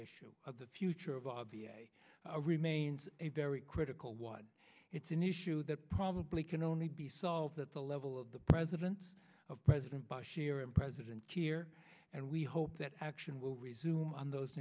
issue of the future of obviously remains a very critical wide it's an issue that probably can only be solved at the level of the presidents of president bashir and president kiir and we hope that action will resume on those